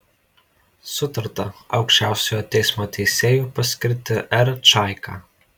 sutarta aukščiausiojo teismo teisėju paskirti r čaiką